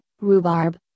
rhubarb